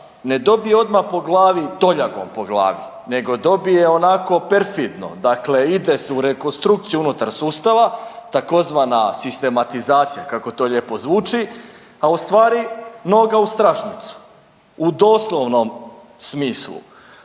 ne dobije odmah po glavi toljagom po glavi, nego dobije onako perfidno, dakle ide se u rekonstrukciju unutar sustava tzv. sistematizacija kako to lijepo zvuči, a u stvari noga u stražnjicu u doslovnom smislu.